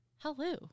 Hello